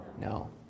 No